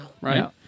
Right